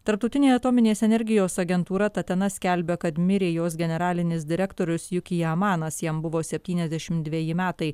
tarptautinė atominės energijos agentūra tatena skelbia kad mirė jos generalinis direktorius jukija amanas jam buvo septyniasdešim dveji metai